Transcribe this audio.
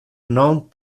non